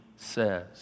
says